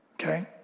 Okay